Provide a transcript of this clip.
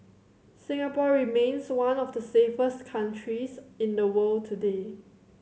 Singapore remains one of the safest countries in the world today